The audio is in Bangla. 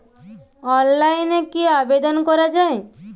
অনলাইনে কি আবেদন করা য়ায়?